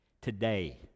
today